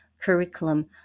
curriculum